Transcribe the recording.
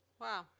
Wow